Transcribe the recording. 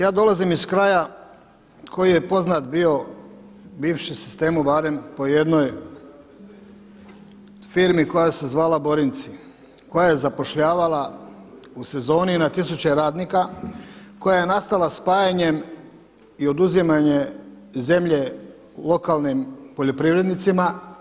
Ja dolazim iz kraja koji je poznat bio bivšem sistemu barem po jednoj firmi koja se zvala Borinci koja je zapošljavala u sezoni na tisuće radnika, koja je nastala spajanjem i oduzimanje zemlje lokalnim poljoprivrednicima.